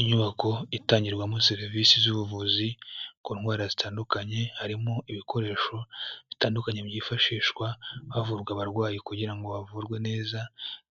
Inyubako itangirwamo serivisi z'ubuvuzi, ku ndwara zitandukanye, harimo ibikoresho bitandukanye byifashishwa havurwa abarwayi kugira ngo bavurwe neza